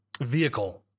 vehicle